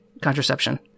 contraception